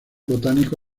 botánico